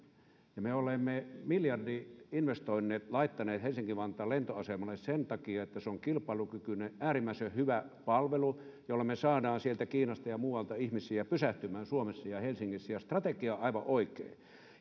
me olemme miljardin investoinnit laittaneet helsinki vantaan lentoasemalle sen takia että se on kilpailukykyinen äärimmäisen hyvä palvelu jolla me saamme sieltä kiinasta ja muualta ihmisiä pysähtymään suomessa ja helsingissä ja strategia on aivan oikein